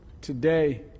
Today